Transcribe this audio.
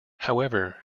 however